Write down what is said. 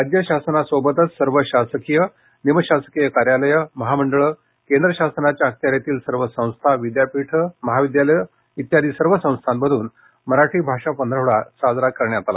राज्य शासनासोबतच सर्व शासकीय निमशासकीय कार्यालयं महामंडळं केंद्र शासनाच्या अखत्यारीतील सर्व संस्था विद्यापिठं महाविद्यालयं इत्यादी सर्व संस्थांमधून मराठी भाषा पंधरवडा साजरा करण्यात आला